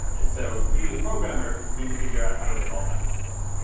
and so you, the programmer, need to figure out how to resolve that conflict.